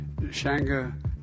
Shanga